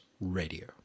Radio